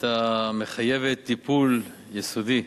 היא חייבה טיפול יסודי.